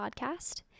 podcast